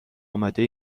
آماده